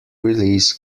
release